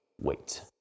wait